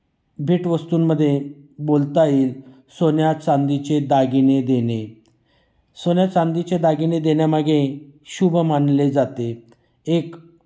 भेटवस्तूंमध्ये बोलता येईल सोन्या चांदीचे दागिने देणे सोन्या चांदीचे दागिने देण्यामागे शुभ मानले जाते एक